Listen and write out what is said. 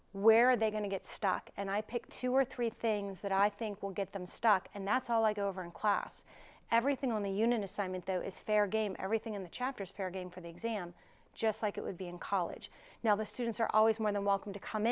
where are they going to get stuck and i pick two or three things that i think will get them stuck and that's all i go over in class everything on the union assignment though is fair game everything in the chapter is fair game for the exam just like it would be in college now the students are always more than welcome to come